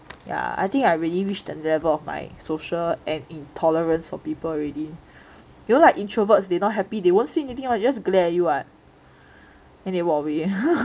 ya I think I really reach the level of my social and intolerance of people already you know like introverts they not happy they won't say anything one they just glare at you [what] then they walk away